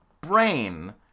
brain